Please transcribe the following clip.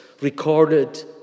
recorded